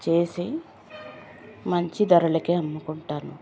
చేసి మంచి ధరలకే అమ్ముకుంటాను